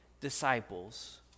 disciples